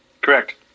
Correct